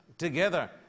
Together